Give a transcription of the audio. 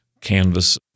canvas